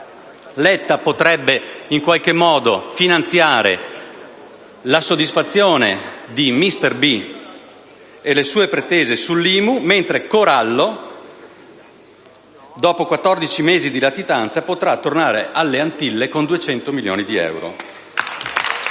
Letta potrebbe, in qualche modo, finanziare la soddisfazione di "*Mister* B" e le sue pretese sull'IMU, mentre Corallo, dopo 14 mesi di latitanza, potrà tornare alle Antille con duecento milioni di euro.